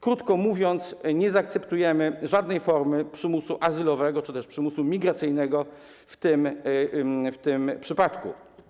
Krótko mówiąc, nie zaakceptujemy żadnej formy przymusu azylowego czy też przymusu migracyjnego w tym przypadku.